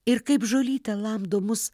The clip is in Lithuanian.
ir kaip žolytę lamdomus